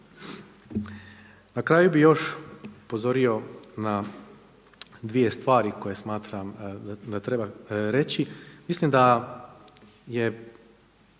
Na kraju bih još upozorio na dvije stvari koje smatram da treba reći. Mislim da se